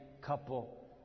couple